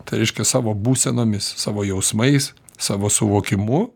tai reiškia savo būsenomis savo jausmais savo suvokimu